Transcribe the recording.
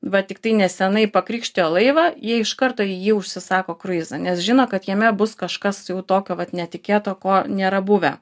va tiktai nesenai pakrikštijo laivą jie iš karto į jį užsisako kruizą nes žino kad jame bus kažkas jau tokio vat netikėto ko nėra buvę